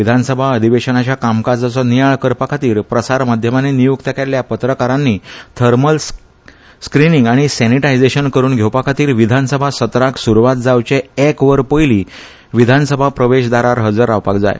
विधानसभा अधिवेशनाच्या कामकाजाचे वृत्तलेखन करपा खातीर प्रसार माध्यमांनी निय्क्त केल्ल्या पत्रकारांनी थर्मल स्क्रिनिंग आनी सॅनिटायझेशन करून घेवपा खातीर विधानसभा सत्राक स्रूवात जावचे एक वर पयली विधानसभा प्रकल्पाच्या प्रवेश दारार हजर रावपाक जाय